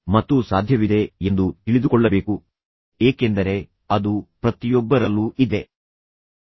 ಮತ್ತು ನೀವು ಅದು ಸಾಧ್ಯವಿದೆ ಎಂದು ತಿಳಿದುಕೊಳ್ಳಬೇಕು ಏಕೆಂದರೆ ಅದು ಪ್ರತಿಯೊಬ್ಬರಲ್ಲೂ ಇದೆ ಎಂದು ಅವರು ಹೇಳುತ್ತಾನೆ